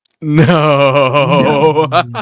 No